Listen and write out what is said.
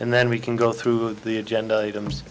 and then we can go through the agenda items